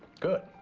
good.